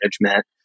management